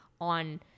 on